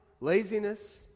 laziness